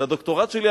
זה הדוקטורט שלי,